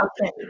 Okay